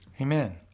Amen